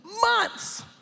months